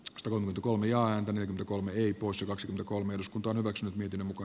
tuomitun ohjaa nyt kolme ii poissa kaksi kolme eduskunta hyväksynyt miten muka